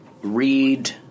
read